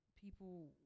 people